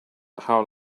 how